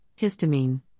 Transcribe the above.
histamine